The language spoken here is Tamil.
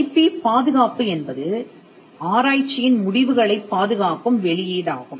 ஐபி பாதுகாப்பு என்பது ஆராய்ச்சியின் முடிவுகளைப் பாதுகாக்கும் வெளியீடாகும்